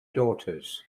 daughters